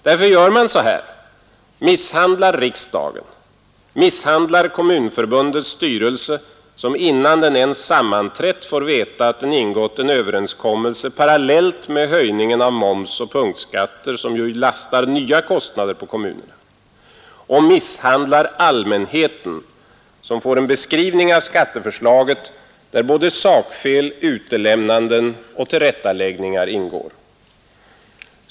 Därför gör man så här, misshandlar riksdagen, misshandlar Kommunförbundets styrelse som innan den ens sammanträtt får veta att den ingått en överenskommelse parallellt med höjningen av moms och punktskatter som lastar nya kostnader på kommunerna och misshandlar allmänheten, som får en beskrivning av skatteförslaget där både sakfel, utelämnanden och tillrättalägganden ingår.